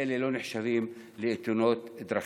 ואלה לא נחשבות תאונות דרכים.